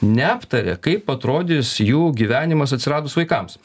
neaptaria kaip atrodys jų gyvenimas atsiradus vaikams